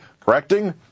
correcting